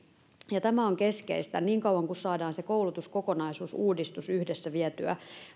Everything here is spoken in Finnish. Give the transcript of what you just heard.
tämä on keskeistä niin kauan että saadaan se koulutuskokonaisuusuudistus yhdessä vietyä